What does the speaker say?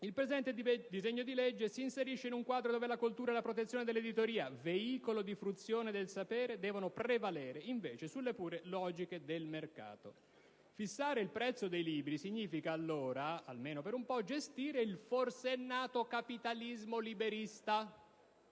il presente disegno di legge s'inserisce in un quadro dove la cultura e la protezione dell'editoria - veicolo di fruizione del sapere - devono prevalere, invece, sulle pure logiche del mercato. Fissare il prezzo dei libri significa allora - almeno per un po' - gestire il forsennato capitalismo liberista...».